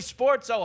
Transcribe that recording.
Sports